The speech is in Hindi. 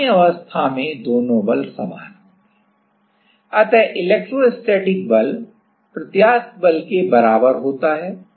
अत साम्यावस्था में दोनों बल समान होंगे अतः इलेक्ट्रोस्टैटिक बल प्रत्यास्थ बल के बराबर होता है